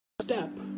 step